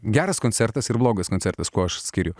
geras koncertas ir blogas koncertas kuo aš skiriu